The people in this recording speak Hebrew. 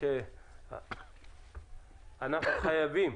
אנחנו חייבים